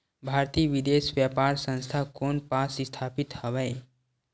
भारतीय विदेश व्यापार संस्था कोन पास स्थापित हवएं?